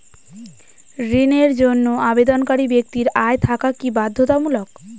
ঋণের জন্য আবেদনকারী ব্যক্তি আয় থাকা কি বাধ্যতামূলক?